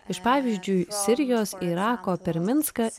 iš pavyzdžiui sirijos irako per minską